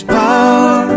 power